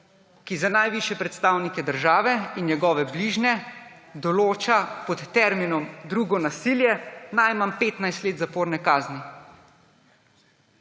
ki za najvišje predstavnike države in njihove bližnje določa pod terminom drugo nasilje najmanj 15 let zaporne kazni.